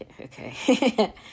Okay